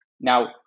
Now